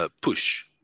push